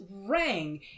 rang